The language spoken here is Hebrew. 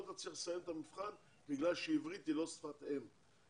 תצליח לסיים את המבחן בגלל שעברית היא לא שפת אם.